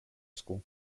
school